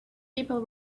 people